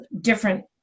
different